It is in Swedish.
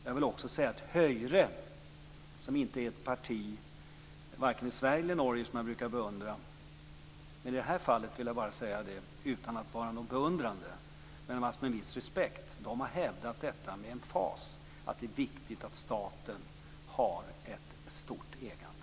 Jag vill också säga att Høyre inte är ett parti som jag brukar beundra, men i det här fallet vill jag bara säga, utan att vara beundrande men med en viss respekt, att de har hävdat med emfas att det är viktigt att staten har ett stort ägande.